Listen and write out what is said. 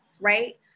right